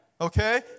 Okay